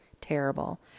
terrible